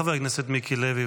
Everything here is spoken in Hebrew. חבר הכנסת מיקי לוי,